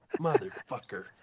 Motherfucker